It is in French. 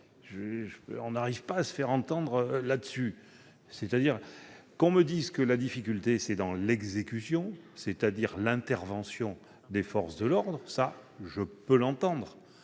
On n'arrive pas à se faire entendre sur ce point ! Qu'on me dise que la difficulté est liée à l'exécution, c'est-à-dire à l'intervention des forces de l'ordre, je peux l'entendre